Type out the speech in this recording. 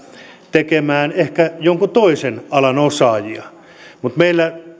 tekemään ehkä jonkun toisen alan osaajia mutta meillä